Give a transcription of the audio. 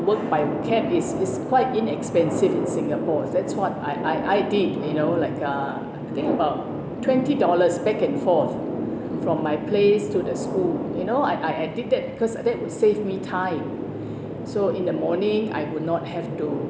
work by cab is is quite inexpensive in singapore that's what I I I did you know like uh think about twenty dollars back and forth from my place to the school you know I I did that cause it would save me time so in the morning I would not have to